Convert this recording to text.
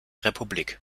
republik